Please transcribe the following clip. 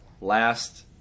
Last